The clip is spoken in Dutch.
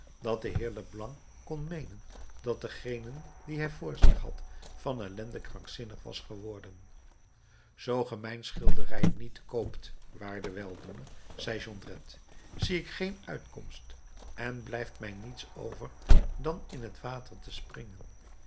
dat de heer leblanc kon meenen dat degene dien hij voor zich had van ellende krankzinnig was geworden zoo ge mijn schilderij niet koopt waarde weldoener zei jondrette zie ik geen uitkomst en blijft mij niets over dan in het water te springen